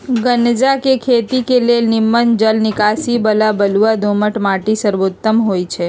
गञजा के खेती के लेल निम्मन जल निकासी बला बलुआ दोमट माटि सर्वोत्तम होइ छइ